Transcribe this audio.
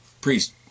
priest